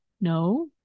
no